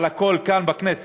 אבל הכול, כאן בכנסת,